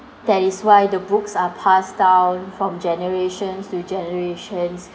that is why the books are passed down from generations to generations